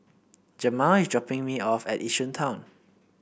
Jamaal is dropping me off at Yishun Town